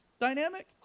dynamic